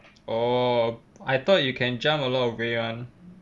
oh I thought you can jump a lot of way [one]